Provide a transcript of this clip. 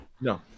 No